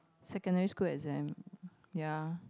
secondary school exam ya